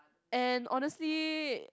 and honestly